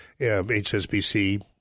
HSBC